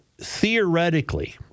theoretically